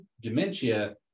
dementia